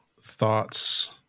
thoughts